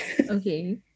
okay